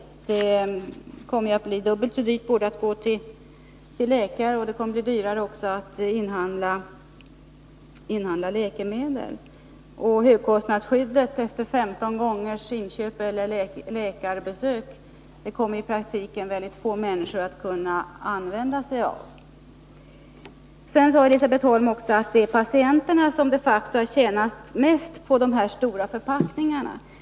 Det kommer att bli dubbelt så dyrt att gå till läkare och det kommer också att bli dyrare att inhandla läkemedel. Högkostnadsskyddet, dvs. kostnadsfrihet efter 15 inköp eller 15 läkarbesök, kommer i praktiken väldigt få människor att kunna använda sig av. Elisabet Holm sade vidare att det är patienterna som de facto tjänar mest på de stora förpackningarna.